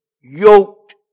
yoked